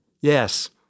Yes